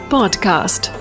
Podcast